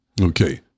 Okay